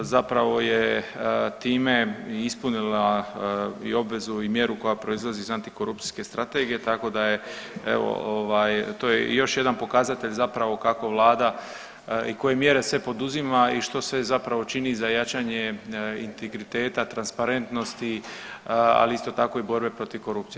Zapravo je time i ispunila i obvezu i mjeru koja proizlazi iz antikorupcijske strategije tako da je evo ovaj to je još jedan pokazatelj zapravo kako vlada i koje mjere sve poduzima i što sve zapravo čini za jačanje integriteta, transparentnosti, ali isto tako i borbe protiv korupcije.